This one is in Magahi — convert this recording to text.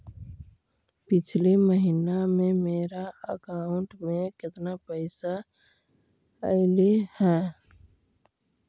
पिछले महिना में मेरा अकाउंट में केतना पैसा अइलेय हे?